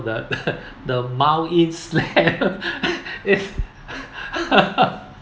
the the the mount east ramp